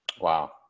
Wow